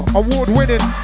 award-winning